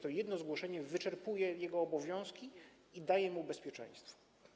To jedno zgłoszenie wyczerpuje jego obowiązki i daje mu bezpieczeństwo.